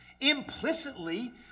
Implicitly